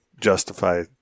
justify